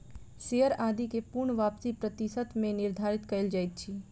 share आदि के पूर्ण वापसी प्रतिशत मे निर्धारित कयल जाइत अछि